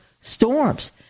storms